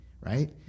right